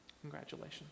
Congratulations